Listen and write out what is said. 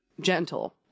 gentle